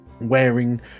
wearing